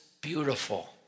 beautiful